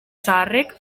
zaharrek